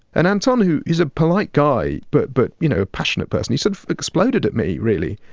and anton, who is a polite guy but, but you know, a passionate person, he said exploded at me really.